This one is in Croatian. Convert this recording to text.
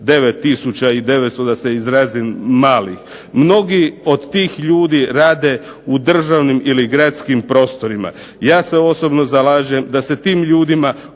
99900 da se izrazim mali. Mnogi od tih ljudi rade u državnim ili gradskim prostorima. Ja se osobno zalažem da se tim ljudima